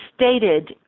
stated